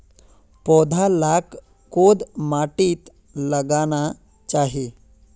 पौधा लाक कोद माटित लगाना चही?